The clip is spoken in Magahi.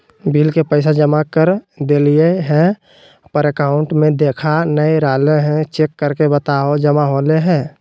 बिल के पैसा जमा कर देलियाय है पर अकाउंट में देखा नय रहले है, चेक करके बताहो जमा होले है?